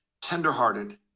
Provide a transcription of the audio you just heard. tenderhearted